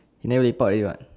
he never report already [what]